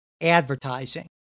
advertising